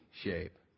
shape